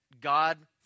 God